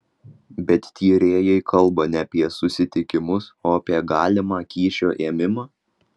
bet tyrėjai kalba ne apie susitikimus o apie galimą kyšio ėmimą